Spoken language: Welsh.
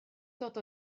dod